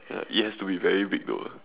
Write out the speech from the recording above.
ya it has to be very big though